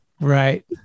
Right